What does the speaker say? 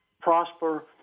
prosper